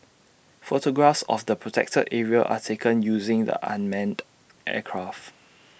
photographs of A protected area are taken using the unmanned aircraft